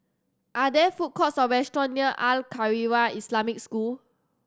are there food courts or restaurant near Al Khairiah Islamic School